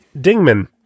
Dingman